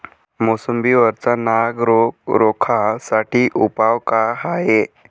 मोसंबी वरचा नाग रोग रोखा साठी उपाव का हाये?